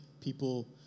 people